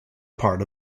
part